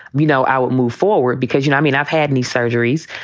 you know, out move forward because, you know, i mean, i've had knee surgeries.